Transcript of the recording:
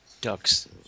Ducks